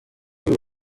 you